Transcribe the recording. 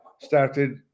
started